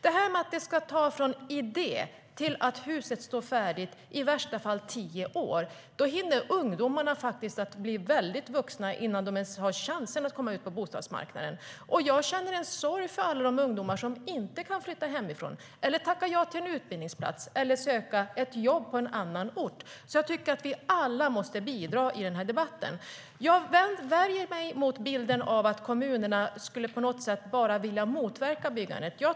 Jag värjer mig mot bilden av att kommunerna skulle vilja motverka byggandet.